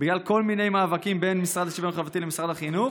בגלל כל מיני מאבקים בין המשרד לשוויון חברתי למשרד החינוך.